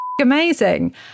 amazing